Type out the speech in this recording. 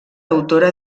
autora